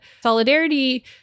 solidarity